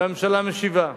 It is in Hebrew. והממשלה משיבה.